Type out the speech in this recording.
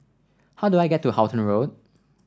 how do I get to Halton Road